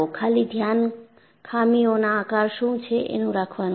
ખાલી ધ્યાન ખામીઓના આકાર શું છે એનું રાખવાનું છે